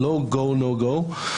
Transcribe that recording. לא go no go,